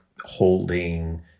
holding